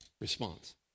response